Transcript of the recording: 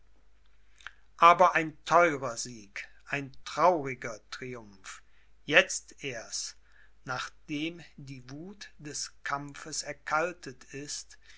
aber ein theurer sieg ein trauriger triumph jetzt erst nachdem die wuth des kampfes erkaltet ist